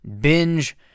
binge